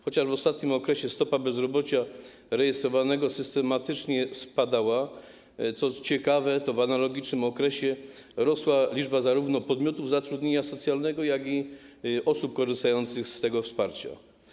Chociaż w ostatnim okresie stopa bezrobocia rejestrowanego systematycznie spadała, co ciekawe, to w analogicznym okresie rosła liczba zarówno podmiotów zatrudnienia socjalnego, jak i osób korzystających z tego wsparcia.